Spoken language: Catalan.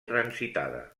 transitada